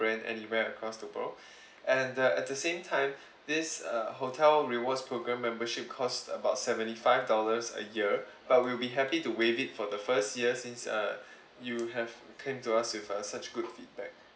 branch anywhere across the world and uh at the same time this uh hotel rewards program membership cost about seventy five dollars a year but we'll be happy to waive it for the first year since uh you have came to us with a such good feedback